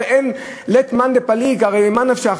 הרי לית מאן דפליג, הרי ממה נפשך?